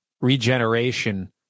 regeneration